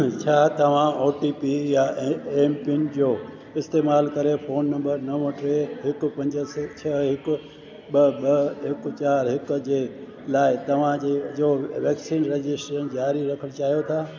छा तव्हां O T P या ए एमपिन जो इस्तैमाल करे फोन नंबर नव टे हिकु पंज छह हिकु ॿ ॿ हिकु चारि हिकु लाइ तव्हांजे जो वैक्सीन रजिस्ट्रेशन जारी रखण चाहियो था